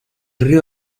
río